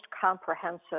comprehensive